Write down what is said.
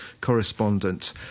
correspondent